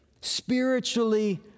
Spiritually